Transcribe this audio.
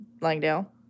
Langdale